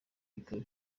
ikaba